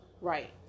Right